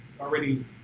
already